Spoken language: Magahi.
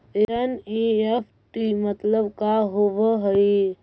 एन.ई.एफ.टी मतलब का होब हई?